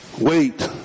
wait